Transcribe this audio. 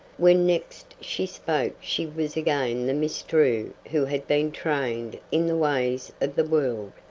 when next she spoke she was again the miss drew who had been trained in the ways of the world,